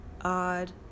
odd